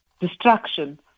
destruction